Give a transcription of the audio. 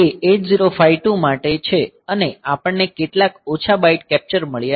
T2CON એ 8052 માટે છે અને આપણને કેટલાક ઓછા બાઈટ કેપ્ચર મળ્યા છે